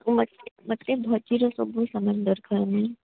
ମୋତେ ଭୋଜିର ସବୁ ସାମାନ୍ ଦରକାର ମ୍ୟାମ୍